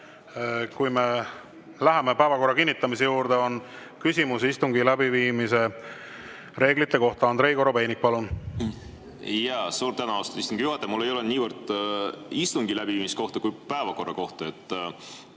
kui me läheme päevakorra kinnitamise juurde, on küsimusi istungi läbiviimise reeglite kohta. Andrei Korobeinik, palun! Suur tänu, austatud istungi juhataja! Mul ei ole [küsimus] niivõrd istungi läbiviimise kohta kui päevakorra kohta.